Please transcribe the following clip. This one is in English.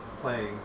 playing